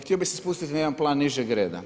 Htio bi se spustiti na jedan plan nižeg reda.